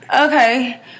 Okay